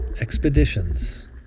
expeditions